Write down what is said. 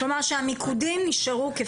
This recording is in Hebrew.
כלומר, שהמיקודים נשארו כמו שהם.